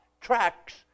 tracks